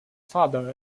father